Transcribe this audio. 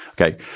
Okay